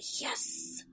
yes